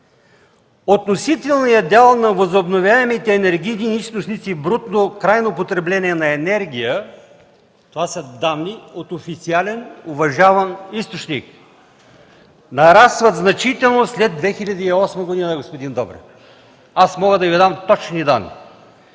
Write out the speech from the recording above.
Относителният дял на възобновяемите енергийни източници брутно, крайно потребление на енергия – това са данни от официален уважаван източник – нараства значително след 2008 г., господин Добрев. Мога да Ви дам точни данни.